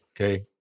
Okay